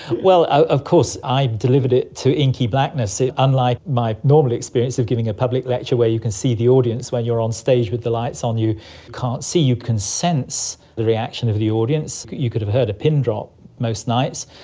well, of course i delivered it to inky blackness. unlike my normal experience of giving a public lecture where you can see the audience, when you are on stage with the lights on, you can't see. you can sense the reaction of the audience, you could have heard a pin drop most nights.